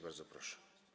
Bardzo proszę.